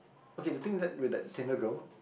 okay the thing is that with that Tinder girl